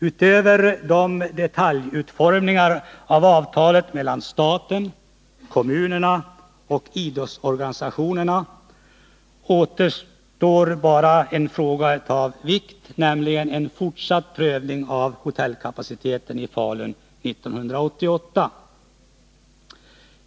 Utöver detaljutformning av avtalet mellan staten, kommunerna och idrottsorganisationerna återstår en fråga av vikt, nämligen en fortsatt prövning av hotellkapaciteten i Falun 1988.